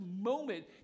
moment